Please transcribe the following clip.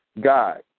God